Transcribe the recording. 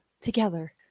Together